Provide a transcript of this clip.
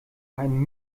einem